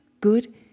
good